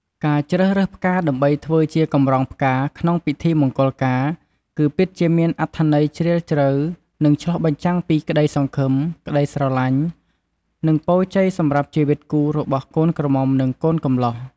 ការជ្រើសរើសផ្កាដើម្បីធ្វើជាកម្រងផ្កាក្នុងពិធីមង្គលការ គឺពិតជាមានអត្ថន័យជ្រាលជ្រៅ និងឆ្លុះបញ្ចាំងពីក្តីសង្ឃឹម ក្តីស្រឡាញ់ និងពរជ័យសម្រាប់ជីវិតគូរបស់កូនក្រមុំ និងកូនកម្លោះ។